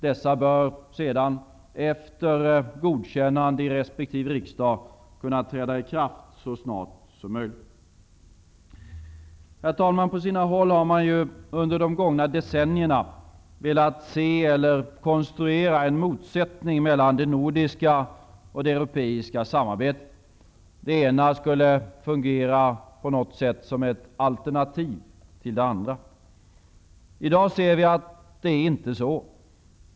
Dessa bör, efter godkännande av resp. riksdagar träda i kraft så snart som möjligt. På sina håll har man under de gångna decennierna velat se eller konstruera en motsättning mellan det nordiska och det europeiska samarbetet. Det ena skulle på något sätt kunna fungera som alternativ till det andra. I dag ser vi att det inte är så.